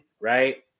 Right